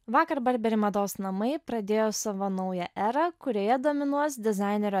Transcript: vakar barberi mados namai pradėjo savo naują erą kurioje dominuos dizainerio